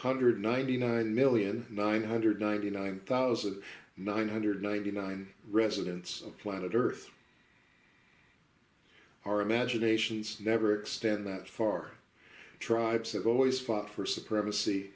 hundred and ninety nine million nine hundred and ninety nine thousand nine hundred and ninety nine residents of planet earth our imaginations never extend that far tribes have always fought for supremacy